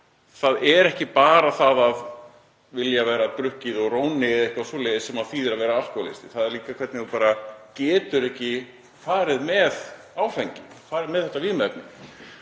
það er ekki bara það að vilja vera drukkinn eða vera róni eða eitthvað svoleiðis sem þýðir að vera alkóhólisti. Það er líka hvernig þú getur ekki farið með áfengi, farið með þetta vímuefni.